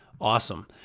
awesome